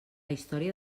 història